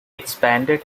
expanded